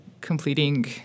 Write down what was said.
completing